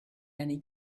many